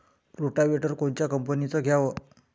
Rotavator कोनच्या कंपनीचं घ्यावं?